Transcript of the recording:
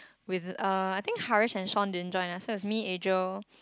with uh I think Haresh and Sean didn't join us so it's me Adriel